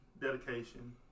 dedication